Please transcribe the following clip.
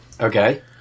Okay